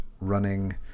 running